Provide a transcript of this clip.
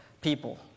people